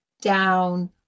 down